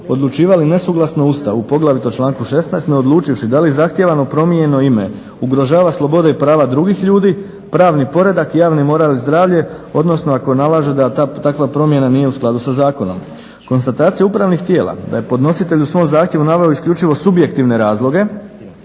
odlučivali nesuglasno Ustavu, poglavito članku 16., ne odlučivši da li zahtijevano promijenjeno ime ugrožava slobode i prava drugih ljudi, pravni poredak, javni moral i zdravlje, odnosno ako nalaže da takva promjena nije u skladu sa zakonom. Konstatacija upravnih tijela da je podnositelj u svom zahtjevu naveo isključivo subjektivne razloge